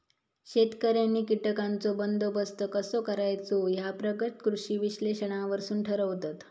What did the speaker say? शेतकऱ्यांनी कीटकांचो बंदोबस्त कसो करायचो ह्या प्रगत कृषी विश्लेषणावरसून ठरवतत